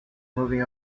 moving